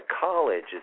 college